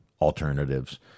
alternatives